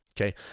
okay